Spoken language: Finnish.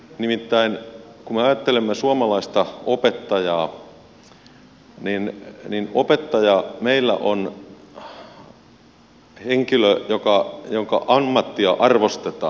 nimittäin kun me ajattelemme suomalaista opettajaa niin opettaja meillä on henkilö jonka ammattia arvostetaan